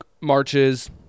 marches